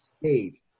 state